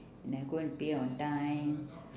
and I go and pay on time